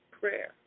prayer